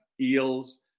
eels